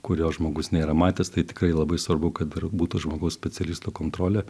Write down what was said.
kurio žmogus nėra matęs tai tikrai labai svarbu kad ir būtų žmogaus specialisto kontrolė